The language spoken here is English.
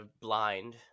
blind